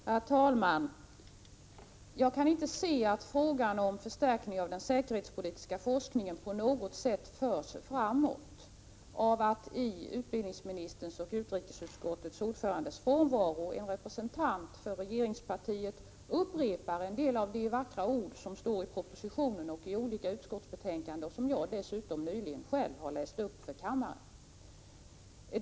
Herr talman! Jag kan inte se att frågan om förstärkning av den säkerhetspolitiska forskningen på något sätt förs framåt av att, i utbildningsministerns och utrikesutskottets ordförandes frånvaro, en representant för regeringspartiet upprepar en del av de vackra ord som står i propositionen och i olika utskottsbetänkanden och som jag dessutom själv nyligen har läst upp för kammaren.